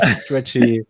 stretchy